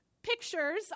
pictures